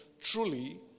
Truly